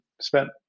spent